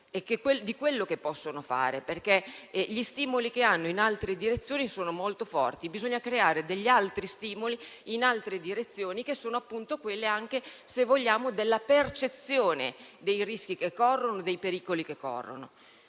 di quello che possono fare. Gli stimoli che hanno in altre direzioni sono molto forti: bisogna allora creare degli altri stimoli in altre direzioni che sono quelle, se vogliamo, della percezione dei rischi e dei pericoli che corrono.